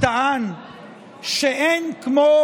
טען שאין כמו